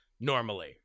normally